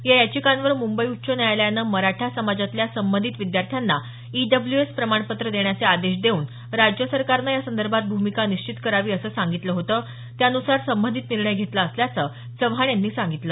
या याचिकांवर मुंबई उच्च न्यायालयाने मराठा समाजातल्या संबंधित विद्यार्थ्यांना ईडब्ल्यूएस प्रमाणपत्र देण्याचे आदेश देवून राज्य सरकारनं यासंदर्भात भूमिका निश्चित करावी असं सांगितलं होतं त्यानुसार संबंधित निर्णय घेतला असल्याचं चव्हाण यांनी सांगितलं